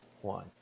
one